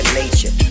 nature